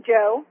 Joe